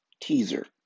teaser